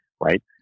right